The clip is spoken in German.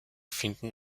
finden